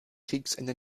kriegsende